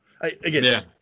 again